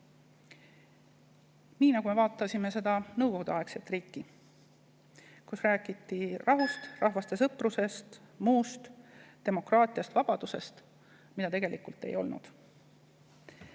kuidas me vaatasime Nõukogude-aegset riiki, kus räägiti rahust, rahvaste sõprusest ja muust, demokraatiast ja vabadusest, mida tegelikult ei olnud.